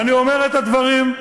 אני אומר את הדברים,